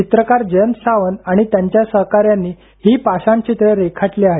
चित्रकार जयंत सावंत आणि त्यांच्या सहकाऱ्यांनी ही पाषाणचित्रे रेखाटली आहेत